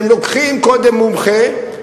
אתם לוקחים קודם מומחה,